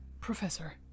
Professor